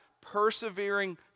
persevering